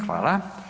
Hvala.